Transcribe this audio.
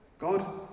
God